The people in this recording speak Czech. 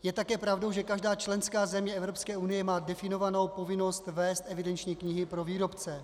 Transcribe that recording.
Je také pravdou, že každá členská země Evropské unie má definovanou povinnost vést evidenční knihy pro výrobce.